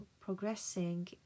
progressing